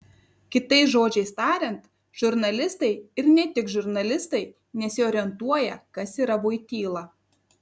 kitais žodžiais tariant žurnalistai ir ne tik žurnalistai nesiorientuoja kas yra voityla